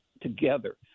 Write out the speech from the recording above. together